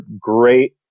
great